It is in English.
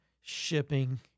shipping